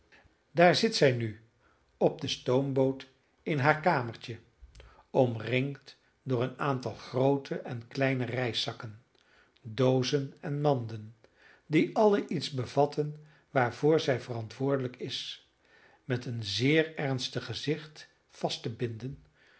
daar zit zij nu op de stoomboot in haar kamertje omringd door een aantal groote en kleine reiszakken doozen en manden die alle iets bevatten waarvoor zij verantwoordelijk is met een zeer ernstig gezicht vast te binden